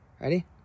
Ready